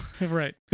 right